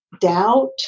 doubt